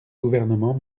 gouvernement